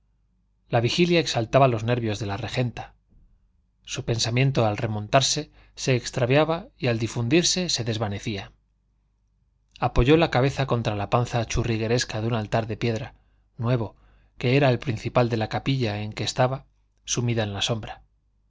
la vigilia exaltaba los nervios de la regenta su pensamiento al remontarse se extraviaba y al difundirse se desvanecía apoyó la cabeza contra la panza churrigueresca de un altar de piedra nuevo que era el principal de la capilla en que estaba sumida en la sombra